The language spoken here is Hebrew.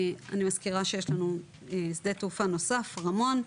אני מזכירה שיש לנו שדה תעופה נוסף, רמון,